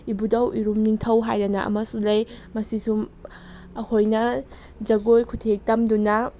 ꯏꯕꯨꯗꯧ ꯏꯔꯨꯝ ꯅꯤꯡꯊꯧ ꯍꯥꯏꯗꯅ ꯑꯃꯁꯨ ꯂꯩ ꯃꯁꯤꯁꯨ ꯑꯩꯈꯣꯏꯅ ꯖꯒꯣꯏ ꯈꯨꯠꯊꯦꯛ ꯇꯝꯗꯨꯅ